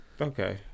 Okay